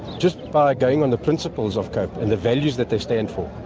just by going on the principles of cope and the values that they stand for,